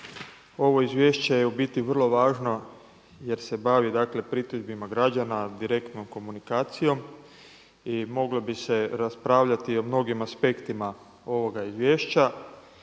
Ovo izvješće je u biti vrlo važno jer se bavi, dakle pritužbama građana direktnom komunikacijom i moglo bi se raspravljati o mnogim aspektima ovoga izvješća.